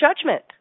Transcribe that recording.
judgment